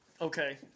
Okay